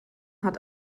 hat